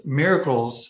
miracles